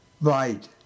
right